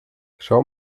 schau